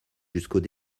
jusqu’au